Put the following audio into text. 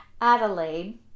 Adelaide